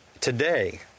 Today